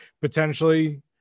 potentially